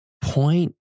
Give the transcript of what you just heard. point